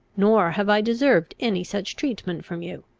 nor have i deserved any such treatment from you.